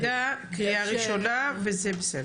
זה עבר בקריאה ראשונה וזה בסדר.